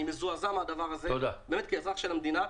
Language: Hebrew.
אני מזועזע מהדבר הזה באמת כאזרח של המדינה,